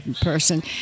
person